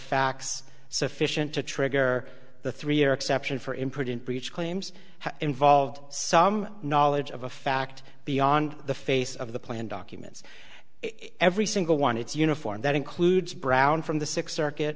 facts sufficient to trigger the three year exception for imprudent breach claims have involved some knowledge of a fact beyond the face of the plan documents every single one it's uniform that includes brown from the sixth circuit